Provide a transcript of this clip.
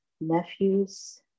nephews